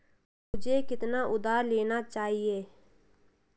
मुझे कितना उधार लेना चाहिए?